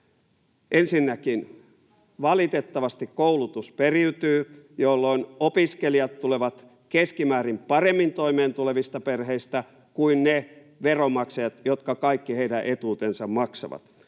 Ensinnäkin, valitettavasti koulutus periytyy, jolloin opiskelijat tulevat keskimäärin paremmin toimeentulevista perheistä kuin ne veronmaksajat, jotka kaikki heidän etuutensa maksavat.